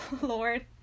Lord